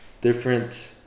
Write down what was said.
different